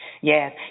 Yes